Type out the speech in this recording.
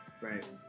Right